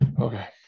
Okay